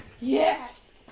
Yes